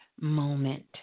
moment